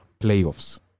playoffs